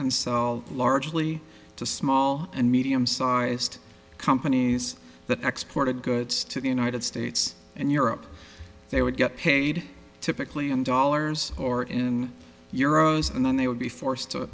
sell largely to small and medium sized companies that export of goods to the united states and europe they would get paid typically in dollars or in euro's and then they would be forced to